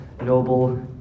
noble